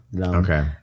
Okay